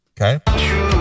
Okay